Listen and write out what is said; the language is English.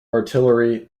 artillery